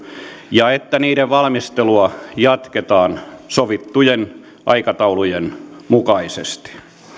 ja että niiden valmistelua jatketaan sovittujen aikataulujen mukaisesti